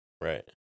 Right